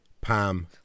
Pam